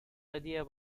idea